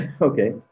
Okay